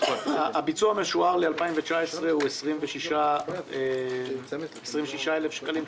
הביצוע המשוער לשנת 2019 הוא 26,000 שקלים,